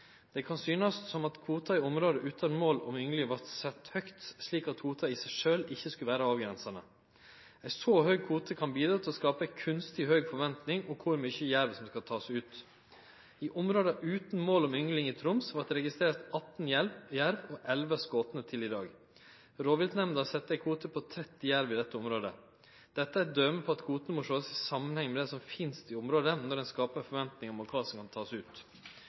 Det kan synast som om kvoten i område utan mål om yngling vart sett høgt, slik at kvoten i seg sjølv ikkje skulle vere avgrensande. Ein så høg kvote kan bidra til å skape ei kunstig høg forventing om kor mykje jerv som skal takast ut. I områda utan mål om yngling i Troms vart det registrert 18 jervar, og 11 er skotne til i dag. Rovviltnemnda sette ein kvote på 30 jervar i dette området. Dette er eit døme på at kvotane må sjåast i samanheng med det som finst i området, når ein skaper forventingar om kva som kan takast ut.